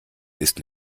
ist